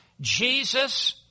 Jesus